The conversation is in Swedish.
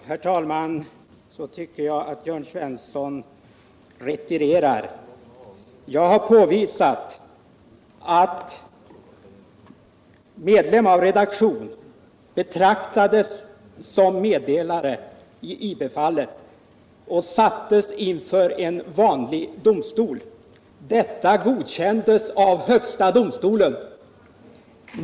Herr talman! Nu tycker jag att Jörn Svensson retirerar. Jag har påvisat att medlem av redaktion betraktades som meddelare i IB-fallet och ställdes inför en vanlig domstol. Detta godkändes av högsta domstolen.